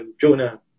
Jonah